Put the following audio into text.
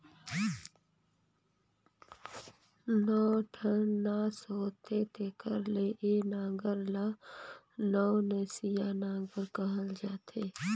नौ ठन नास होथे तेकर ले ए नांगर ल नवनसिया नागर कहल जाथे